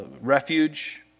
refuge